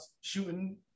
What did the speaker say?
shooting